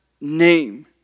name